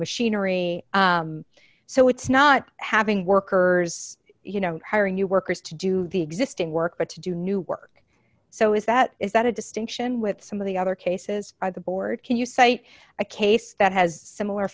machinery so it's not having workers you know hiring new workers to do the existing work but to do new work so is that is that a distinction with some of the other cases by the board can you cite a case that has similar